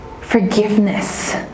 Forgiveness